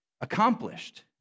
accomplished